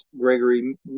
Gregory